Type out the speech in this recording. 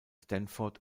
stanford